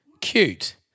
Cute